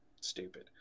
stupid